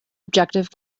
objective